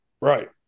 Right